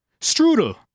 Strudel